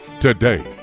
today